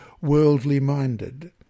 worldly-minded